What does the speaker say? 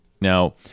Now